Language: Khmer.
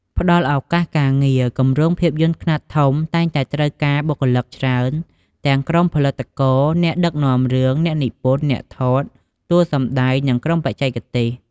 ផ្តល់ឱកាសការងារ គម្រោងភាពយន្តខ្នាតធំៗតែងតែត្រូវការបុគ្គលិកច្រើន ទាំងក្រុមផលិតករ អ្នកដឹកនាំរឿង អ្នកនិពន្ធ អ្នកថត តួសម្ដែង និងក្រុមបច្ចេកទេស។